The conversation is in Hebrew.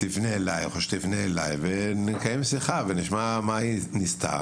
תפנה אליי או שתפנה אלייך ונקיים שיחה ונשמע מה היא ניסתה,